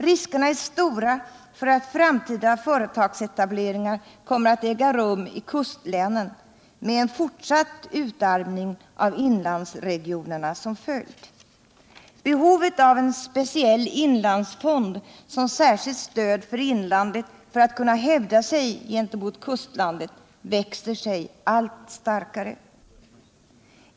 Riskerna är stora för att framtida företagsetableringar kommer att äga rum i kustlänen med en fortsatt utarmning av inlandsregionerna som följd. Behovet av en speciell inlandsfond som särskilt stöd för inlandet för att kunna hävda sig gentemot kustlandet växer sig allt starkare.